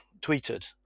tweeted